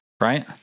right